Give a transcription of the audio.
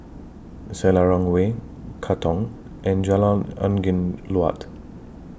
Selarang Way Katong and Jalan Angin Laut